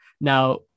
Now